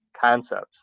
concepts